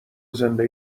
زنده